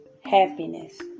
happiness